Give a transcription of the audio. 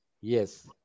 Yes